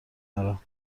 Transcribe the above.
دارم